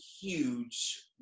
huge